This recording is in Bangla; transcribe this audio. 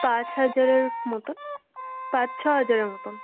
পাঁচ হাজারের মতো পাঁচ ছ হাজারের মতো